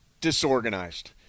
disorganized